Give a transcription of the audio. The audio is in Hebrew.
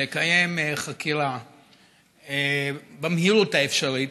לקיים חקירה במהירות האפשרית